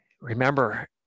Remember